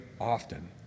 often